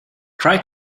try